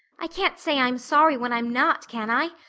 i can't say i'm sorry when i'm not, can i?